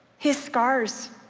his scars